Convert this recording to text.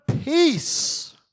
peace